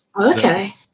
Okay